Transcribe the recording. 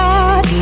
God